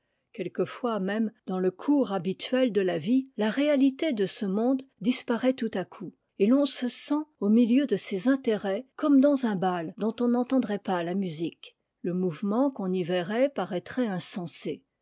quelquefois même dans le cours habituel de la vie la réalité de ce monde disparait tout à coup et l'on se sent au milieu de ses intérêts comme dans un bal dont on n'entendrait pas la musique le mouvement qu'on y verrait paraîtrait insensé